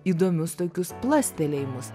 įdomius tokius plastelėjimus